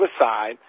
aside